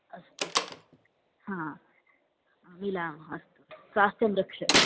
अस्तु हा मिलामः अस्तु स्वास्थ्यं रक्ष